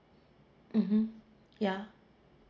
mmhmm yeah